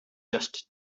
just